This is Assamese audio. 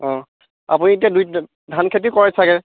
আপুনি এতিয়া দুই ধান খেতি কৰে চাগৈ